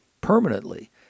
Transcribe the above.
permanently